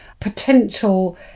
potential